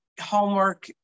homework